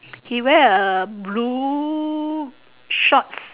he wear a blue shorts